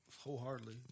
wholeheartedly